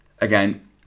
again